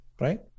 right